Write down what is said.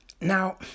Now